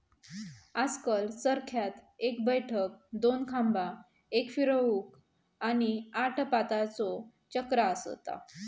आजकल चरख्यात एक बैठक, दोन खांबा, एक फिरवूक, आणि आठ पातांचा चक्र असता